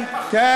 כן.